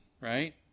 right